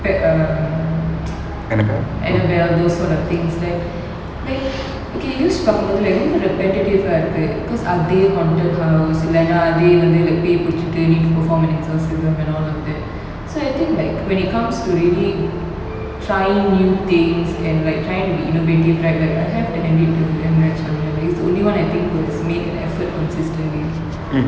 eh um annabelle those sort of things right like okay use பார்க்கும் போது ரொம்ப:parkum pothu romba repetitive அ இருக்கு:a iruku cause அதே:adhe haunted house இல்லனா அதே வந்து பேய் புடிச்சிட்டு:illana adhe vanthu pei pudichitu need to perform an exorcism and all of that so I think like when it comes to really trying new things and like trying to be innovative right like I have to hand it to M night shayamalin like he's the only one I think that's made an effort consistently